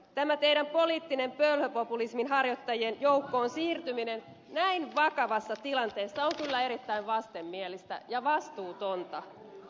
tämä teidän poliittinen pölhöpopulismin harjoittajien joukkoon siirtymisenne näin vakavassa tilanteessa on kyllä erittäin vastenmielistä ja vastuutonta